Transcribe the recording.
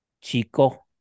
Chico